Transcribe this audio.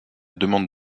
demande